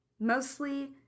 Mostly